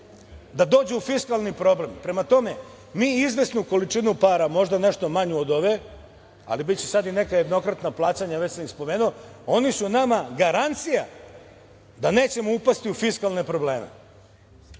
da dođe u fiskalni problem. Prema tome, mi izvesnu količinu para, možda nešto manju od ove, ali biće sad i neka jednokratna plaćanja, već sam ih spomenuo, oni su nama garancija da nećemo upasti u fiskalne